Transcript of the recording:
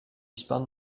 spun